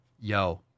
Yo